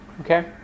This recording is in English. Okay